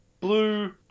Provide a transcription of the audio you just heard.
blue